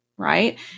right